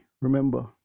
Remember